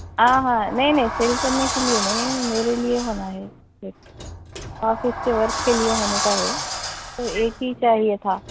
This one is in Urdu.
آ ہا نہیں نہیں سیل کرنے کے لیے نہیں ہے میرے لیے ہونا ہے ایک آفس کے ورک کے لیے ہونے کا ہے تو ایک ہی چاہیے تھا